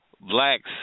blacks